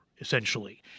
essentially